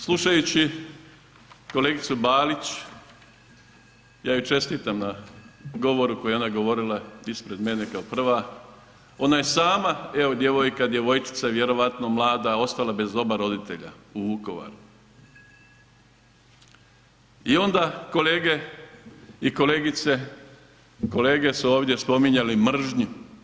Slušajući kolegicu Balić, ja joj čestitam na govoru koji je onda govorila ispred mene kao prva, ona je sama evo djevojka, djevojčica vjerojatno mlada ostala bez oba roditelja u Vukovaru i onda kolege i kolegice, kolege su ovdje spominjali mržnju.